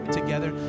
together